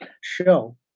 show